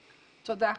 תודה.